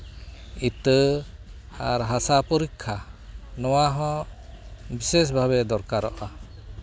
ᱤᱛᱟᱹ ᱟᱨ ᱦᱟᱥᱟ ᱯᱚᱨᱤᱠᱠᱷᱟ ᱱᱚᱣᱟ ᱦᱚᱸ ᱵᱤᱥᱮᱥ ᱵᱷᱟᱵᱮ ᱫᱚᱨᱠᱟᱨᱚᱜᱼᱟ